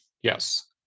Yes